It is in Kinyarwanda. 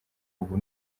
ubu